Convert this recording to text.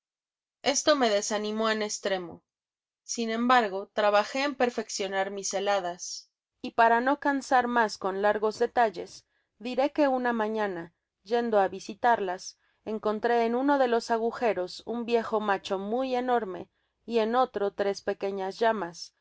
esto me desanimó en estremo sin embargo trabajé en perfeccionar mis celadas y para no cansar mas con largos detalles diré que una mañana yendo á visitarlas encontré en uno de los agujeros un viejo macho muy enorme y en otro tres pequeñas llamas